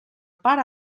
pare